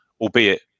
albeit